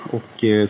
Och